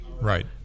Right